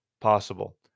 possible